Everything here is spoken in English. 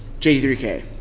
JD3K